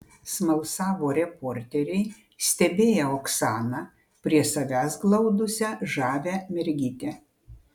smalsavo reporteriai stebėję oksaną prie savęs glaudusią žavią mergytę